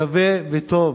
שווה וטוב